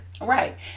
right